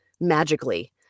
magically